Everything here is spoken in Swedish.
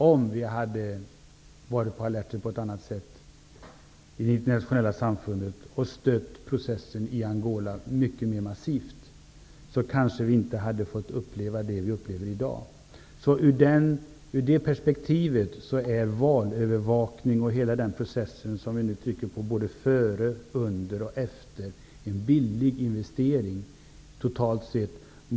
Om det internationella samfundet hade varit mer på alerten och stött processen i Angola mycket mer massivt, kanske vi inte hade fått uppleva det vi upplever i dag. Ur det perspektivet är valövervakning och hela den processen som vi nu trycker på före, under och efter valet en billig investering totalt sett.